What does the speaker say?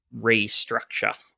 restructure